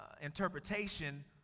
interpretation